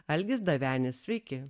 algis davenis sveiki